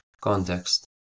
context